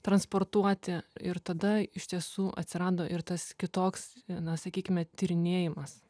transportuoti ir tada iš tiesų atsirado ir tas kitoks na sakykime tyrinėjimas